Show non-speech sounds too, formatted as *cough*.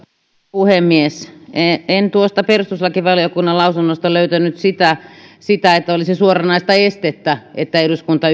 puhemies en tuosta perustuslakivaliokunnan lausunnosta löytänyt sitä sitä että olisi suoranaista estettä että eduskunta *unintelligible*